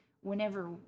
whenever